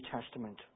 Testament